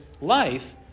life